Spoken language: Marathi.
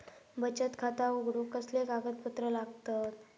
बचत खाता उघडूक कसले कागदपत्र लागतत?